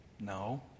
No